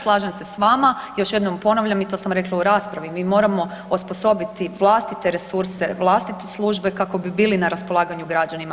Slažem se s vama, još jednom ponavljam i to sam rekla u raspravi, mi moramo osposobiti vlastite resurse, vlastite službe kako bi bili na raspolaganju građanima.